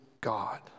God